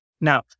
Now